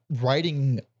writing